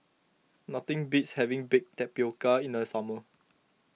nothing beats having Baked Tapioca in the summer